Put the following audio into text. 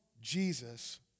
Jesus